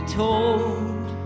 told